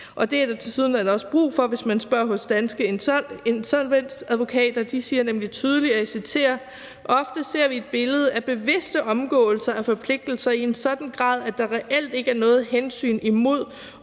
Det er der tilsyneladende også brug for, hvis man spørger hos Danske Insolvensadvokater. De siger nemlig tydeligt – og jeg citerer: »Vi ser meget oftere et billede af bevidste omgåelser af forpligtelser i en sådan grad, at der reelt ikke er noget hensyn imod